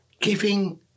giving